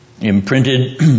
imprinted